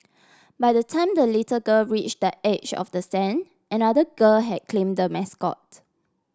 by the time the little girl reached the edge of the stand another girl had claimed the mascot